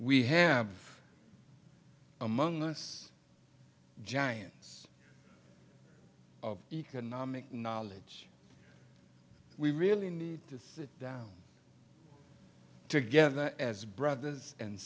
we have among us giants of economic knowledge we really need to sit down together as brothers and